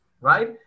right